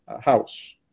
house